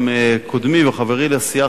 גם קודמי וחברי לסיעה,